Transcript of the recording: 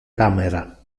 camera